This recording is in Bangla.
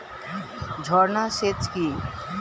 ঝর্না সেচ কি?